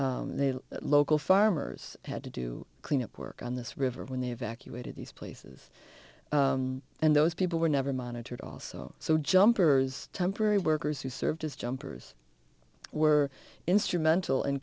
cleanups local farmers had to do cleanup work on this river when they evacuated these places and those people were never monitored also so jumpers temporary workers who served as jumpers were instrumental in